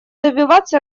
добиваться